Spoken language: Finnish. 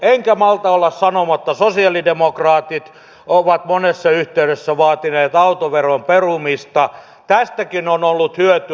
enkä malta olla sanomatta sosialidemokraatit ovat monessa yhteydessä vaatineet autoveron perumista tästäkin on ollut hyötyä